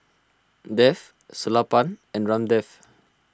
Dev Sellapan and Ramdev